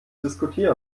diskutieren